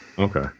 Okay